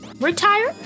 retire